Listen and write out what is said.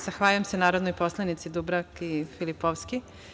Zahvaljujem se, narodnoj poslanici Dubravki Filipovski.